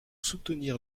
soutenir